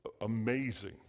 amazing